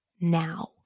now